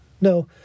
No